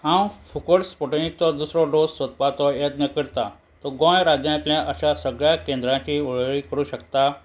हांव फुकट स्पुटनिकचो दुसरो डोस सोदपाचो यत्न करतां तूं गोंय राज्यांतल्या अशा सगळ्या केंद्रांची वळेरी करूंक शकता